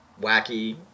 wacky